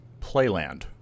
playland